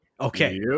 okay